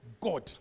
God